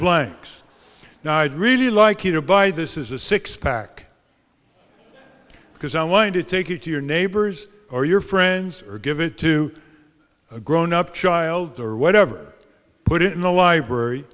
blanks now i'd really like you to buy this is a six pack because i want to take it to your neighbors or your friends or give it to a grown up child or whatever put it in the library